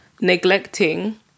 neglecting